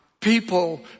People